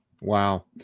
Wow